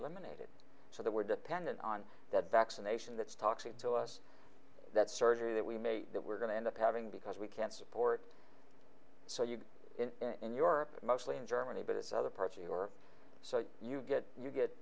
eliminated so that we're dependent on that vaccination that's toxic to us that surgery that we may that we're going to end up having because we can't support so you go in in your mostly in germany but it's either party or so you get you get